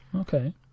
Okay